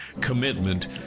commitment